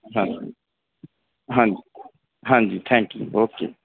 ਹਾਂਜੀ ਹਾਂਜੀ ਹਾਂਜੀ ਥੈਂਕ ਯੂ ਓਕੇ